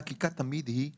חקיקה תמיד היא הלאה.